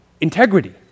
Integrity